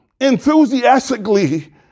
enthusiastically